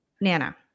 Nana